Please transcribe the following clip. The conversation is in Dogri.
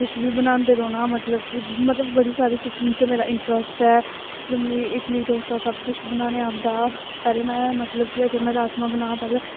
कुछ बी बनांदे रौह्ना मतलब कि मतलब बड़ी सारी कुकिंग च मेरा इंटरस्ट ऐ मी इडली डोसा सब कुछ बनाने गी आंदा पैह्लें में मतलब कि अगर में राजमांह् बना पैह्लें